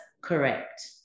correct